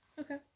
Okay